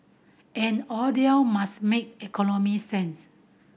and all deal must make economic sense